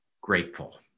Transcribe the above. grateful